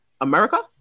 America